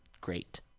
Great